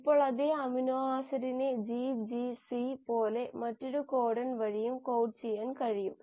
ഇപ്പോൾ അതേ അമിനോ ആസിഡിനെ GGC പോലെ മറ്റൊരു കോഡൺ വഴിയും കോഡ് ചെയ്യാൻ കഴിയും